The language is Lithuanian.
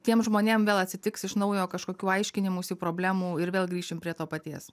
tiem žmonėm vėl atsitiks iš naujo kažkokių aiškinimųsi problemų ir vėl grįšim prie to paties